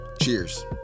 cheers